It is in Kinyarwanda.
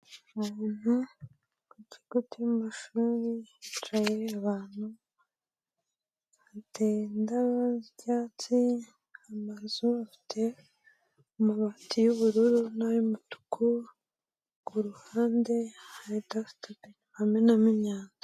Umuntu ku kigo cy'amashuri yicaye abantu hateda ibyatsi amazu afite amabati y'ubururu nay'umutuku, kuruhande hari dasite hamwe bamenamo imyanda.